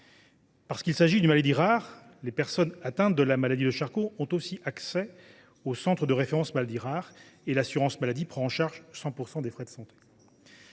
Parce qu’il s’agit d’une maladie rare, les personnes atteintes de la maladie de Charcot ont aussi accès aux centres de référence pour les maladies rares, et l’assurance maladie prend en charge 100 % des frais de santé.